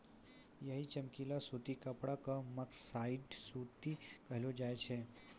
यही चमकीला सूती कपड़ा कॅ मर्सराइज्ड सूती कहलो जाय छै